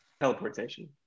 Teleportation